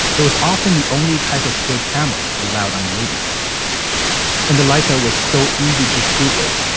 it was often the only type of still cameras allowed on the movie set and the lighter was so easy to shoot with.